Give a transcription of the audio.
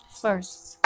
first